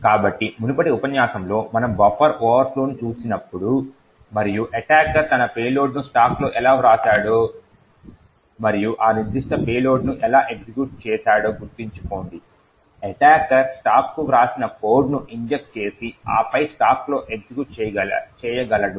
కాబట్టి మునుపటి ఉపన్యాసంలో మనము బఫర్ ఓవర్ఫ్లోను చూసినప్పుడు మరియు ఎటాకర్ తన పేలోడ్ను స్టాక్లో ఎలా వ్రాసాడు మరియు ఆ నిర్దిష్ట పేలోడ్ను ఎలా ఎగ్జిక్యూట్ చేశాడో గుర్తుంచుకోండి ఎటాకర్ స్టాక్కు వ్రాసిన కోడ్ను ఇంజెక్ట్ చేసి ఆపై స్టాక్ లో ఎగ్జిక్యూట్ చేయగలడు